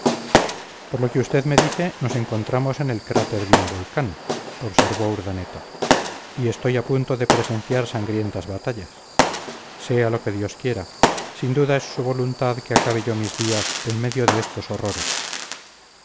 por lo que usted me dice nos encontramos en el cráter de un volcán observó urdaneta y estoy a punto de presenciar sangrientas batallas sea lo que dios quiera sin duda es su voluntad que acabe yo mis días en medio de estos horrores